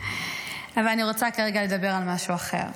אבל אני רוצה כרגע לדבר על משהו אחר.